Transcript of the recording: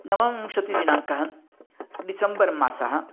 नवविंशतिदिनाङ्कः December मासः